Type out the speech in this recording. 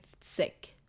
sick